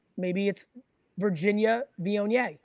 maybe it's virginia viognier,